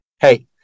Hey